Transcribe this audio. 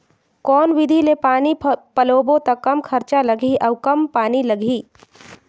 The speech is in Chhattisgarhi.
कौन विधि ले पानी पलोबो त कम खरचा लगही अउ कम पानी लगही?